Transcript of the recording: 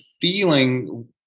feeling